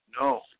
No